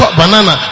banana